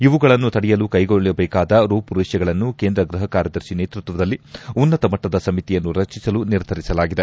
ಇವುಗಳನ್ನು ತಡೆಯಲು ಕೈಗೊಳ್ಳಬೇಕಾದ ರೂಪುರೇಷೆಗಳನ್ನು ಕೇಂದ್ರ ಗೃಹ ಕಾರ್ಯದರ್ತಿ ನೇತೃತ್ವದಲ್ಲಿ ಉನ್ನತ ಮಟ್ಟದ ಸಮಿತಿಯನ್ನು ರಚಿಸಲು ನಿರ್ಧರಿಸಲಾಗಿದೆ